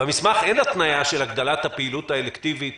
במסמך אין התניה של הגדלת הפעילות האלקטיבית